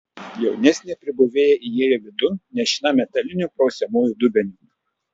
jaunesnė pribuvėja įėjo vidun nešina metaliniu prausiamuoju dubeniu